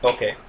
Okay